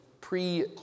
pre